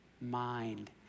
mind